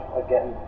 again